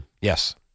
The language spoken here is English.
Yes